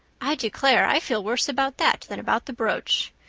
i declare i feel worse about that than about the brooch.